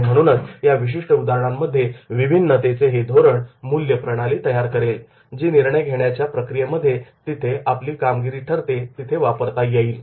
आणि म्हणूनच या विशिष्ट उदाहरणांमध्ये विभिन्नतेचे हे धोरण मूल्यप्रणाली तयार करेल जी निर्णय घेण्याच्या प्रक्रियेमध्ये जिथे आपली कामगिरी ठरते तिथे वापरता येईल